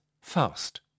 Faust